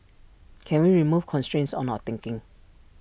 can we remove constraints on our thinking